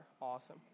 Awesome